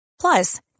Plus